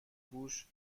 پوش